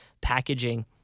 packaging